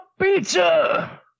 pizza